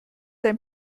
dein